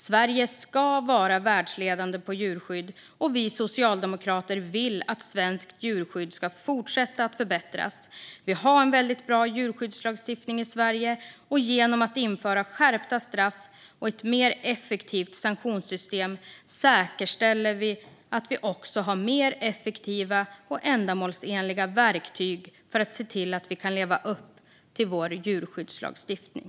Sverige ska vara världsledande på djurskydd, och Socialdemokraterna vill att svenskt djurskydd ska fortsätta att förbättras. Vi har en väldigt bra djurskyddslagstiftning i Sverige, och genom att införa skärpta straff och ett mer effektivt sanktionssystem säkerställer vi att vi också har mer effektiva och ändamålsenliga verktyg för att se till att vi kan leva upp till vår djurskyddslagstiftning.